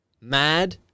mad